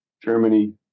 Germany